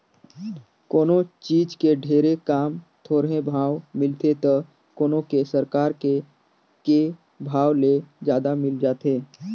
कोनों चीज के ढेरे काम, थोरहें भाव मिलथे त कोनो के सरकार के के भाव ले जादा मिल जाथे